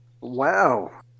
Wow